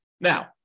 Now